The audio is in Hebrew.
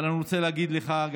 אבל אני רוצה להגיד לך,